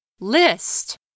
List